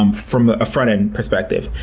um from a front-end perspective.